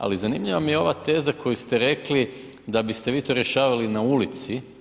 Ali zanimljiva mi je ova teza koju ste rekli da biste vi to rješavali na ulici.